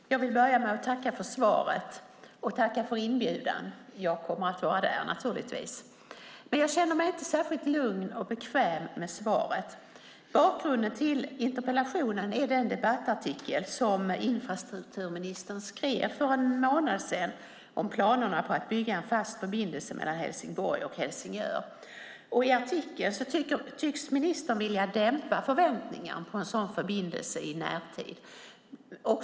Fru talman! Jag vill börja med att tacka för svaret och för inbjudan. Jag kommer naturligtvis att vara där. Jag känner mig inte särskilt lugn och bekväm med svaret. Bakgrunden till interpellationen är den debattartikel som infrastrukturministern skrev för en månad sedan om planerna på att bygga en fast förbindelse mellan Helsingborg och Helsingör. I artikeln tycks ministern vilja dämpa förväntningen på en sådan förbindelse i närtid.